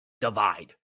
divide